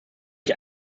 ich